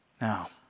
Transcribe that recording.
Now